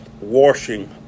washing